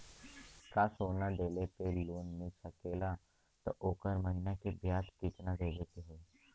का सोना देले पे लोन मिल सकेला त ओकर महीना के ब्याज कितनादेवे के होई?